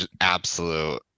absolute